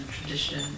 tradition